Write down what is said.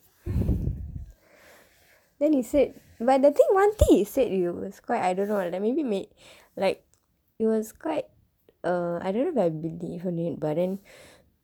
then he said but the thing one thing he said it was quite I don't know that maybe made like it was quite err I didn't know if I believe in it but then